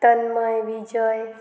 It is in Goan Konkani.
तन्मय विजय